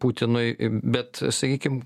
putinui bet sakykim